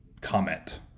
comment